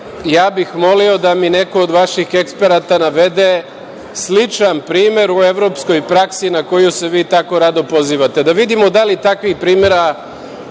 ja bih molio da mi neko od vaših eksperata navede sličan primer u evropskoj praksi na koju se vi tako rado pozivate? Da vidimo da li takvih primera